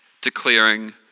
declaring